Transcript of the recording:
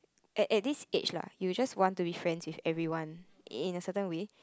at at this age lah you just want to be friends with everyone in a certain way